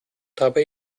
dabei